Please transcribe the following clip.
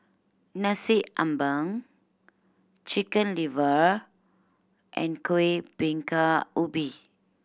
Nasi Ambeng Chicken Liver and Kuih Bingka Ubi